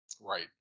Right